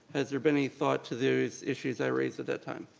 has there been any thought to those issues i raised at that time?